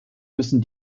müssen